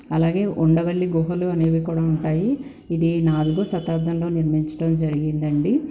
అలాగే ఉండవల్లి గుహలు అనేవి కూడా ఉంటాయి ఇది నాలుగవ శతాబ్దంలో నిర్మించటం జరిగిందండి